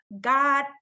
God